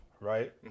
right